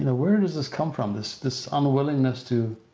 and where does this come from, this this unwillingness to,